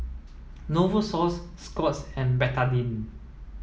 Novosource Scott's and Betadine